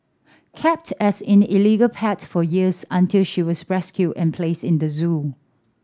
kept as in illegal pet for years until she was rescued and placed in the zoo